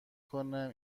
کنم